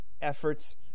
efforts